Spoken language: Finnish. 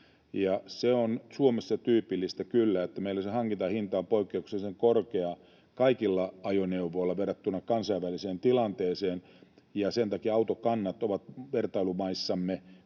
se on kyllä tyypillistä, että meillä Suomessa se hankintahinta on poikkeuksellisen korkea kaikilla ajoneuvoilla verrattuna kansainväliseen tilanteeseen, ja sen takia autokannat ovat vertailumaissamme